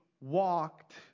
walked